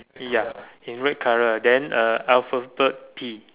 ya in red colour then uh alphabet P